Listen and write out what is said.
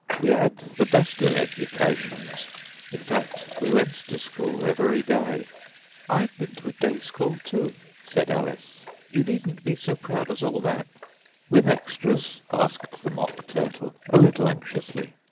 we had the best of educations in fact, we went to school every day i've been to a day-school, too said alice you needn't be so proud as all that with extras asked the mock turtle a little anxiously.